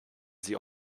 sie